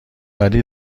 ولی